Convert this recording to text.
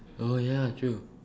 oh ya true